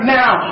now